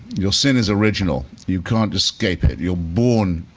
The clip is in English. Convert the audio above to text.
your sin is original, you can't escape it, you're born